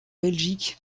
belgique